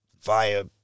via